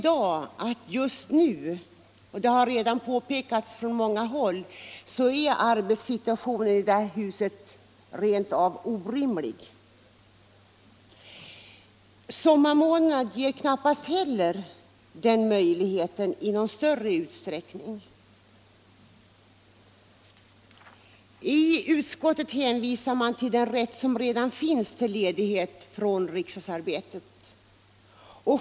Såsom har påpekats från många håll är arbetssituationen i detta hus just nu rent av orimlig. Sommarmånaderna ger knappast heller möjligheter till det i någon större utsträckning. Utskottet hänvisar till den rätt som redan finns till ledighet från riksdagsarbetet.